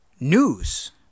News